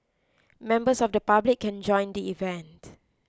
members of the public can join the event